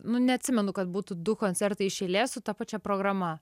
nu neatsimenu kad būtų du koncertai iš eilės su ta pačia programa